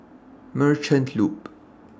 Merchant Loop